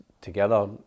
together